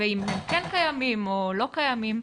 ואם הם כן קיימים או לא קיימים.